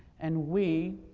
and we,